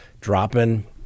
dropping